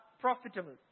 profitable